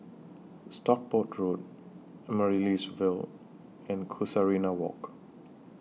Stockport Road Amaryllis Ville and Casuarina Walk